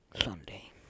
Sunday